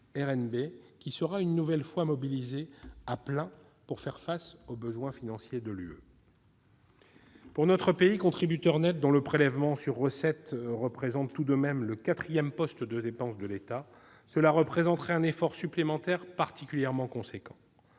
qui sera une nouvelle fois mobilisée à plein pour faire face aux besoins financiers de l'Union. Pour notre pays, contributeur net dont le prélèvement sur recettes constitue tout de même le quatrième poste de dépenses de l'État, cela représenterait un effort supplémentaire particulièrement important.